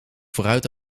vooruit